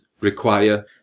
require